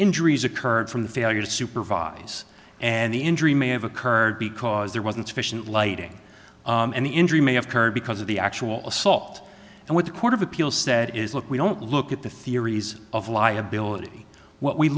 injuries occurred from the failure to supervise and the injury may have occurred because there wasn't sufficient lighting and the injury may have hurt because of the actual assault and what the court of appeal said is look we don't look at the theories of liability what we